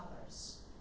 others